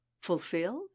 Fulfilled